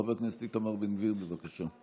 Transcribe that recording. חבר הכנסת איתמר בן גביר, בבקשה.